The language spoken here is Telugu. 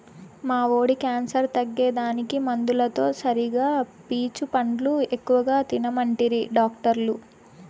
మా వోడి క్యాన్సర్ తగ్గేదానికి మందులతో సరిగా పీచు పండ్లు ఎక్కువ తినమంటిరి డాక్టర్లు